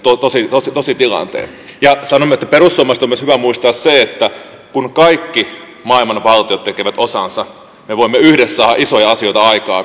sanon myös että perussuomalaisten on myös hyvä muistaa se että kun kaikki maailman valtiot tekevät osansa me voimme yhdessä saada isoja asioita aikaan